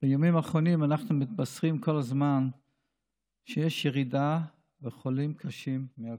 בימים האחרונים אנחנו מתבשרים כל הזמן שיש ירידה במספר החולים הקשים.